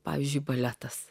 pavyzdžiui baletas